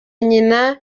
nyina